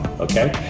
Okay